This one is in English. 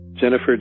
Jennifer